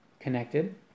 Connected